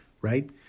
right